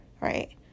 Right